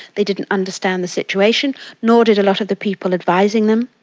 they didn't understand the situation, nor did a lot of the people advising them.